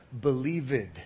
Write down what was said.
believed